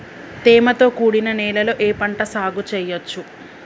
తేమతో కూడిన నేలలో ఏ పంట సాగు చేయచ్చు?